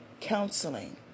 counseling